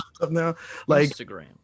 Instagram